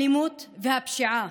האלימות והפשיעה